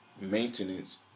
maintenance